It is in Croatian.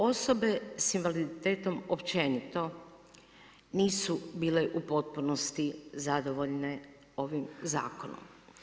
Osobe s invaliditetom općenito nisu bile u potpunosti zadovoljne ovim zakonom.